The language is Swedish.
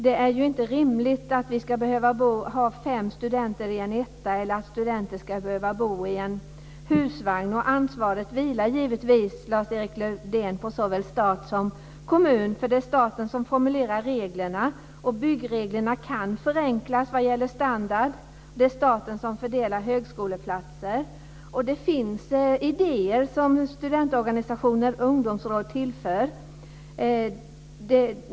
Det är ju inte rimligt att fem studenter ska behöva bo i en etta eller att studenter ska behöva bo i en husvagn. Ansvaret vilar givetvis, Lars-Erik Lövdén, på såväl stat som kommun. Det är ju staten som formulerar reglerna, och byggreglerna kan förenklas vad gäller standard. Det är staten som fördelar högskoleplatser. Det finns idéer som studentorganisationer och ungdomsråd tillför.